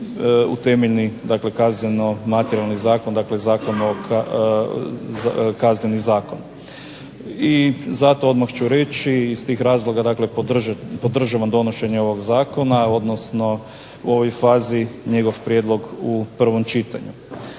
u temeljni dakle kazneno-materijalni zakon, dakle Kazneni zakon. I zato odmah ću reći i iz tih razloga dakle podržavam donošenje ovog zakona, odnosno u ovoj fazi njegov prijedlog u prvom čitanju.